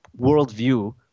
worldview